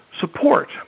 support